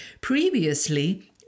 Previously